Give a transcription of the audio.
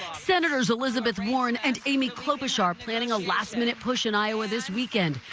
senators elizabeth warren and amy klobuchar are planning last minute push in iowa this weekend.